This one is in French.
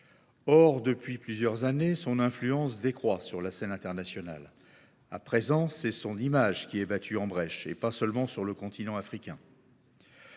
Or, depuis plusieurs années, son influence décroît sur la scène internationale. À présent, c’est son image qui est battue en brèche, et pas seulement sur le continent africain.